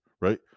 right